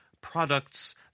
products